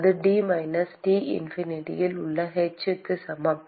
அது t minus t இன்ஃபினிட்டியில் உள்ள h க்கு சமம்